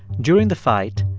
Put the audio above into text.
during the fight,